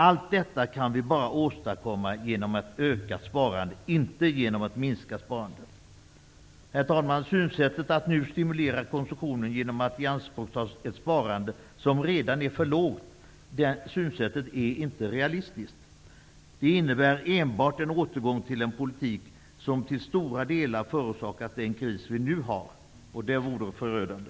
Allt detta kan vi åstadkomma bara genom att öka sparandet, inte genom att minska det. Herr talman! Synsättet att nu stimulera konsumtionen genom att ianspråkta ett sparande som redan är för lågt är inte realistiskt. Det innebär enbart en återgång till den politik som till stora delar förorsakat den kris vi nu har. Att återgå till den vore förödande.